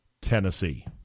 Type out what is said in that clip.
Tennessee